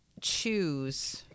choose